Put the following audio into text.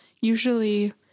usually